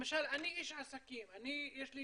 למשל אני איש עסקים, יש לי